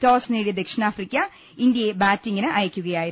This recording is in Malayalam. ടോസ് നേടിയ ദക്ഷി ണാഫ്രിക്ക ഇന്ത്യയെ ബാറ്റിങ്ങിന് അയക്കുകയായിരുന്നു